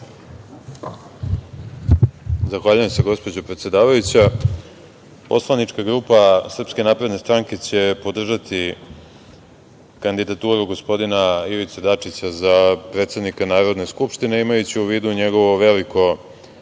Zahvaljujem se, gospođo predsedavajuća. Poslanička grupa SNS će podržati kandidaturu gospodina Ivice Dačića za predsednika Narodne skupštine, imajući u vidu njegovo veliko